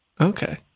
Okay